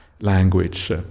language